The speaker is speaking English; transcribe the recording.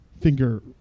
finger